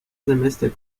semester